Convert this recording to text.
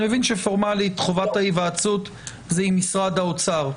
אני מבין שפורמלית חובת ההיוועצות היא עם משרד האוצר,